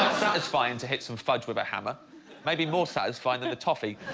satisfying to hit some fudge with a hammer maybe more satisfying than the toffee